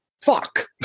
fuck